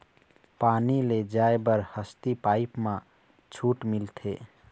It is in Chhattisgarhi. पानी ले जाय बर हसती पाइप मा छूट मिलथे?